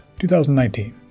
2019